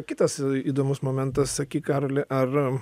kitas įdomus momentas sakyk karoli ar